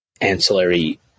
Ancillary